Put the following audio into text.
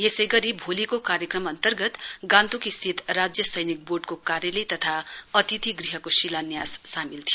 यसै गरी भोलिको कार्यक्रम अन्तर्गत गान्तोक स्थित राज्य सैनिक वोर्डको कार्यालय तथा अतिथि गृहको शिलान्यास सामेल थियो